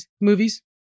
movies